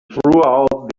throughout